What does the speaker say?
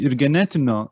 ir genetinio